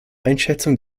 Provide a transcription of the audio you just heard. einschätzung